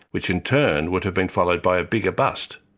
which in turn would have been followed by a bigger bust.